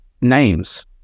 names